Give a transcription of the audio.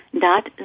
dot